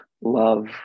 love